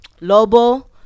Lobo